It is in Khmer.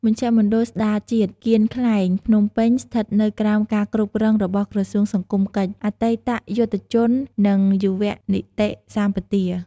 មជ្ឈមណ្ឌលស្ដារជាតិគៀនខ្លែង ភ្នំពេញ ស្ថិតនៅក្រោមការគ្រប់គ្រងរបស់ក្រសួងសង្គមកិច្ច អតីតយុទ្ធជន និងយុវនីតិសម្បទា។